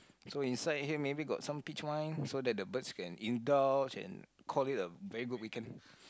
so inside here maybe got some peach wine so that the birds can indulge and call it a very good weekend